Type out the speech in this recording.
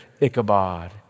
Ichabod